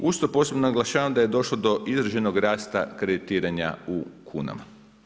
Uz to posebno naglašavam da je došlo do izraženog rasta kreditiranja u kunama.